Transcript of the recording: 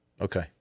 Okay